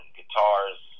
guitars